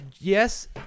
yes